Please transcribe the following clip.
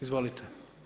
Izvolite.